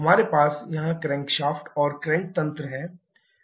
हमारे पास यहां क्रैंकशाफ्ट और क्रैंक तंत्र है